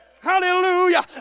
hallelujah